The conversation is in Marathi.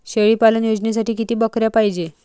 शेळी पालन योजनेसाठी किती बकऱ्या पायजे?